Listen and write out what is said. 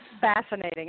fascinating